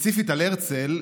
ספציפית על הרצל,